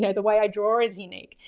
yeah the way i draw is unique.